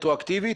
רטרואקטיבית?